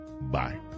Bye